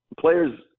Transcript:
players